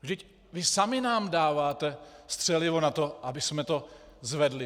Vždyť vy sami nám dáváte střelivo na to, abychom to zvedli.